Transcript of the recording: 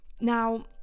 Now